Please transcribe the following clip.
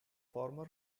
former